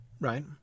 right